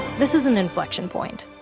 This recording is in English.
this is an inflection point.